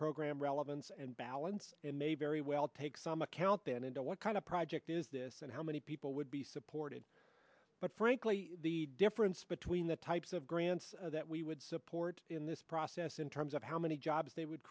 program relevance and balance and may very well take some account then into what kind of project is this and how many people would be supported but frankly the difference between the types of grants that we would support in this process in terms of how many jobs they would